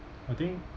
I think